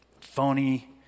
phony